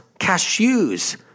cashews